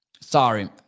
Sorry